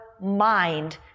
mind